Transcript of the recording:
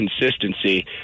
consistency